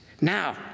Now